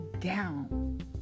down